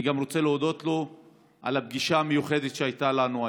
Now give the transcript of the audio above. אני רוצה להודות לו גם על הפגישה המיוחדת שהייתה לנו היום.